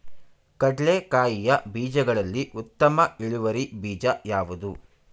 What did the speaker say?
ಕಡ್ಲೆಕಾಯಿಯ ಬೀಜಗಳಲ್ಲಿ ಉತ್ತಮ ಇಳುವರಿ ಬೀಜ ಯಾವುದು?